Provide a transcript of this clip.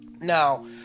Now